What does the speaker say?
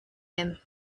him